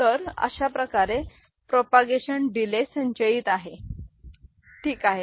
तर अशाप्रकारे प्रोपागेशन दिले संचयीत आहे ठीक आहे